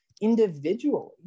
individually